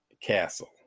Castle